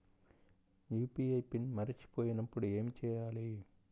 UPI PIN మరచిపోయినప్పుడు ఏమి చేయాలి?